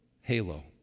halo